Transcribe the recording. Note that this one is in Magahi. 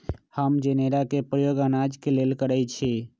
हम जनेरा के प्रयोग अनाज के लेल करइछि